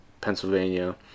pennsylvania